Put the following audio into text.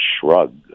shrug